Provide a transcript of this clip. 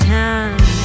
time